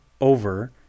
over